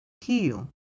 heal